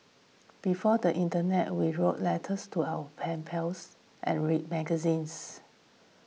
before the internet we wrote letters to our pen pals and read magazines